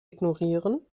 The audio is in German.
ignorieren